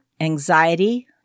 anxiety